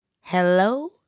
hello